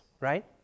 right